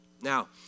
Now